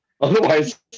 otherwise